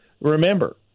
Remember